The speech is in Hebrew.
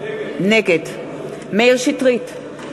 נגד מאיר שטרית,